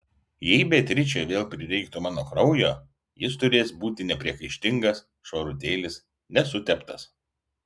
jei beatričei vėl prireiktų mano kraujo jis turės būti nepriekaištingas švarutėlis nesuteptas